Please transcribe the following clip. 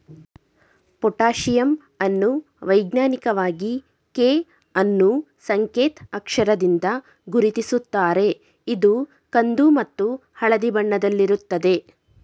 potassium ಅನ್ನು ವೈಜ್ಞಾನಿಕವಾಗಿ K ಅನ್ನೂ ಸಂಕೇತ್ ಅಕ್ಷರದಿಂದ ಗುರುತಿಸುತ್ತಾರೆ ಇದು ಕಂದು ಮತ್ತು ಹಳದಿ ಬಣ್ಣದಲ್ಲಿರುತ್ತದೆ